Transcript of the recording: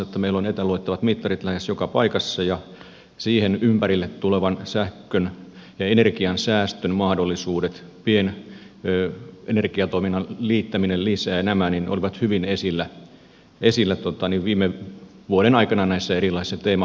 meillä on etäluettavat mittarit lähes joka paikassa ja sen ympärillä sähkön ja energiansäästön mahdollisuudet pienenergiatoiminnan liittäminen ja nämä olivat hyvin esillä viime vuoden aikana näissä erilaisissa teemakeskusteluissa